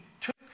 took